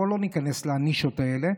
בואו לא ניכנס לנישות האלה.